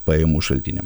pajamų šaltiniam